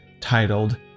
titled